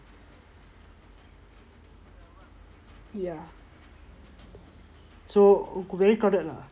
ya so very crowded lah